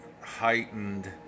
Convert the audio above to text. heightened